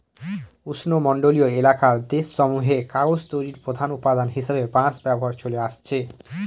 উষ্ণমন্ডলীয় এলাকার দেশসমূহে কাগজ তৈরির প্রধান উপাদান হিসাবে বাঁশ ব্যবহার চলে আসছে